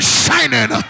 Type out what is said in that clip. shining